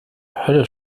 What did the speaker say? hölle